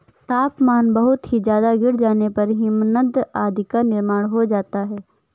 तापमान बहुत ही ज्यादा गिर जाने पर हिमनद आदि का निर्माण हो जाता है